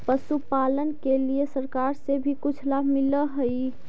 पशुपालन के लिए सरकार से भी कुछ लाभ मिलै हई?